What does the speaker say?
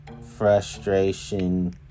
frustration